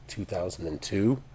2002